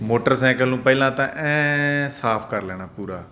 motorcycle ਨੂੰ ਪਹਿਲਾਂ ਤਾਂ ਐਨ ਸਾਫ ਕਰ ਲੈਣਾ ਪੂਰਾ